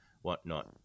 whatnot